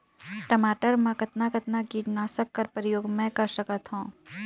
टमाटर म कतना कतना कीटनाशक कर प्रयोग मै कर सकथव?